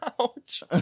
Ouch